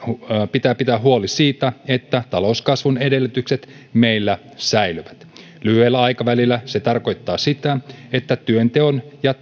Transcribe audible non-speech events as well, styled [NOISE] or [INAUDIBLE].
pitää pitää huoli siitä että talouskasvun edellytykset meillä säilyvät lyhyellä aikavälillä se tarkoittaa sitä että työnteon ja [UNINTELLIGIBLE]